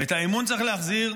ואת האמון צריך להחזיר.